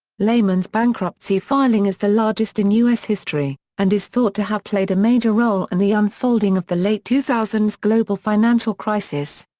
lehman's bankruptcy filing is the largest in us history, and is thought to have played a major role in the unfolding of the late two thousand s global financial crisis.